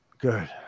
Good